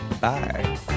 Bye